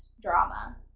drama